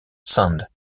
sand